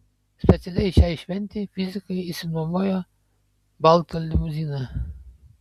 specialiai šiai šventei fizikai išsinuomojo baltą limuziną